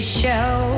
show